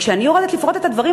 וכשאני יורדת לפרוט את הדברים,